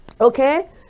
okay